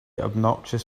obnoxious